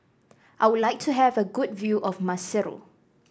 I would like to have a good view of Maseru